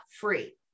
free